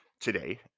today